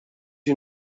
you